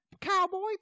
cowboy